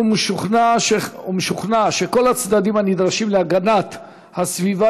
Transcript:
ומשוכנע שכל הצדדים הנדרשים להגנת הסביבה